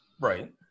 Right